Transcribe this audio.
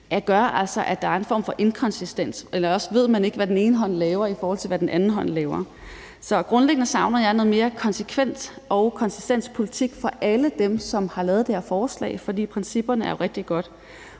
og gør altså, at der er en form for inkonsistens, eller også ved man ikke, hvad den ene hånd laver, i forhold til anden hånd laver. Så grundlæggende savner jeg noget mere konsekvens og konsistenspolitik fra alle dem, som har lavet det her forslag, for principperne er jo rigtig gode.